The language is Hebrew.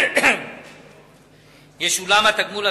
ישולם התגמול,